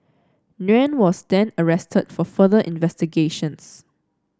Nguyen was then arrested for further investigations